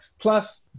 Plus